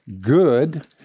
good